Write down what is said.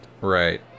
Right